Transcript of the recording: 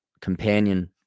companion